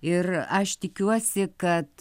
ir aš tikiuosi kad